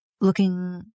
looking